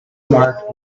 marked